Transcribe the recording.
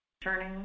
Turning